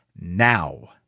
now